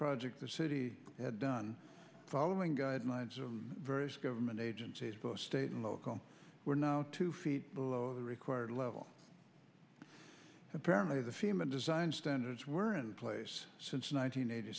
project the city had done following guidelines of various government agencies both state and local were now two feet below the required level apparently the fema design standards were in place since